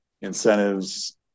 incentives